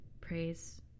Praise